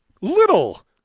little